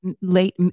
late